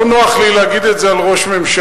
לא נוח לי להגיד את זה על ראש ממשלתי,